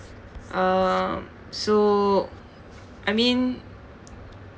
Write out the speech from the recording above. um so I mean